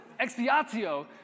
expiatio